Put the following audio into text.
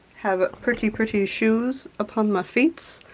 have pretty, pretty shoes upon my feets,